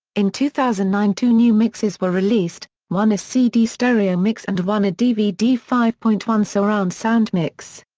in two thousand and nine two new mixes were released, one a cd stereo mix and one a dvd five point one surround sound mix.